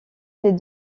les